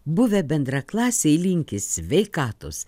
buvę bendraklasiai linki sveikatos